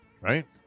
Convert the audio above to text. right